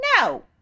No